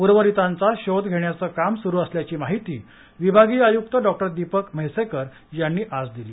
उर्वरितांचा शोध घेण्याचे काम स्रू असल्याची माहिती विभागीय आय्क्त डॉक्टर दीपक म्हैसेकर यांनी आज दिली